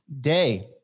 day